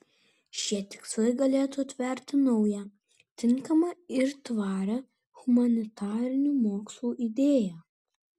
šie tikslai galėtų atverti naują tinkamą ir tvarią humanitarinių mokslų idėją